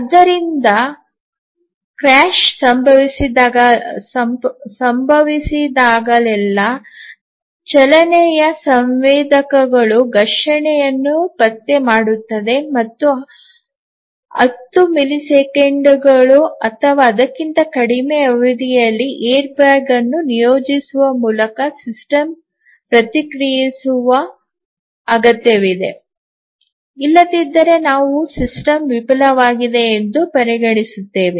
ಆದ್ದರಿಂದ ಕ್ರ್ಯಾಶ್ ಸಂಭವಿಸಿದಾಗಲೆಲ್ಲಾ ಚಲನೆಯ ಸಂವೇದಕಗಳು ಘರ್ಷಣೆಯನ್ನು ಪತ್ತೆ ಮಾಡುತ್ತದೆ ಮತ್ತು ಹತ್ತು ಮಿಲಿಸೆಕೆಂಡುಗಳು ಅಥವಾ ಅದಕ್ಕಿಂತ ಕಡಿಮೆ ಅವಧಿಯಲ್ಲಿ ಏರ್ಬ್ಯಾಗ್ ಅನ್ನು ನಿಯೋಜಿಸುವ ಮೂಲಕ ಸಿಸ್ಟಮ್ ಪ್ರತಿಕ್ರಿಯಿಸುವ ಅಗತ್ಯವಿದೆ ಇಲ್ಲದಿದ್ದರೆ ನಾವು ಸಿಸ್ಟಮ್ ವಿಫಲವಾಗಿದೆ ಎಂದು ಪರಿಗಣಿಸುತ್ತೇವೆ